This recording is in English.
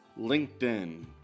LinkedIn